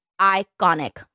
Iconic